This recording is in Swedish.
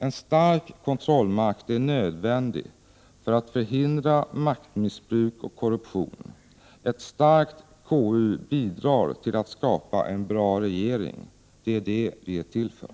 En stark kontrollmakt är nödvändig för att förhindra maktmissbruk och korruption. Ett starkt KU bidrar till att skapa en bra regering. Det är det som vi är till för.